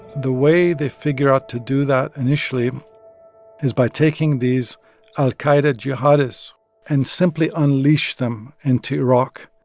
the way they figure out to do that initially is by taking these al-qaida jihadis and simply unleash them into iraq.